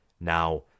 Now